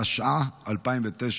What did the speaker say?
התש"ע 2009,